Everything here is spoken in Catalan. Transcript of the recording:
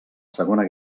segona